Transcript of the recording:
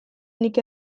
nik